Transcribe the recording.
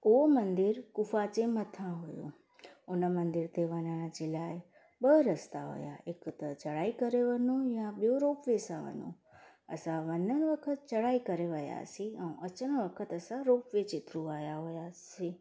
उहो मंदरु गुफ़ा जे मथां हुओ उन मंदर ते वञण जे लाइ ॿ रस्ता हुआ हिकु त चढ़ाई करे वञो या ॿियो रोपवे सां वञो असां वञणु वक़्तु चढ़ाई करे वियासीं ऐं अचणु वक़्तु असां रोपवे जे थ्रू आहिया हुआसीं